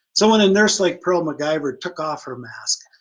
so when a nurse like pearl mciver took off her mask,